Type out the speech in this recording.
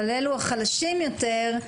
אבל אלו החלשים יותר,